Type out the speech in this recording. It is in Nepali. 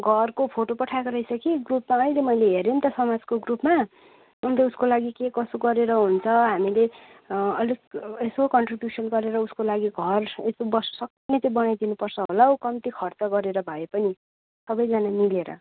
घरको फोटो पठाएको रहेछ कि ग्रुपमा अहिले मैले हेरेँ नि त समाजको ग्रुपमा अन्त उसको लागि के कसो गरेर हुन्छ हामीले अलिक यसो कन्ट्रिब्युसन गरेर उसको लागि घर यसो बस्नु सक्ने चाहिँ बनाइदिनु पर्छ होला हौ कम्ती खर्च गरेर भए पनि सबैजना मिलेर